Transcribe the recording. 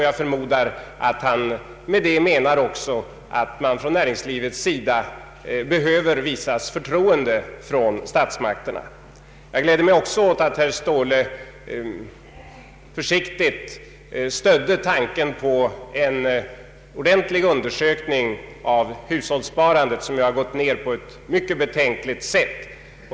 Jag förmodar att han med det också menar att näringslivet behöver visas förtroende från statsmakterna. Jag gläder mig också åt att herr Ståhle försiktigt stödde tanken på en ordentlig undersökning av hushållssparandet, som gått ned på ett mycket betänkligt sätt.